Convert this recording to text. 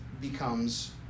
becomes